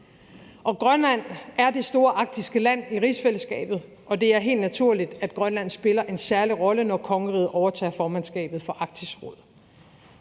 Grønland er det store arktiske land i rigsfællesskabet, og det er helt naturligt, at Grønland spiller en særlig rolle, når kongeriget overtager formandskabet for Arktisk Råd.